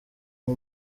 aho